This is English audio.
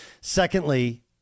Secondly